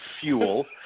fuel